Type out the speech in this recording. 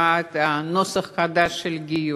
בעד הנוסח החדש של הגיור.